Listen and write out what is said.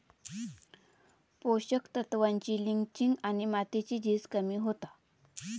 पोषक तत्त्वांची लिंचिंग आणि मातीची झीज कमी होता